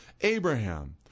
Abraham